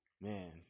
man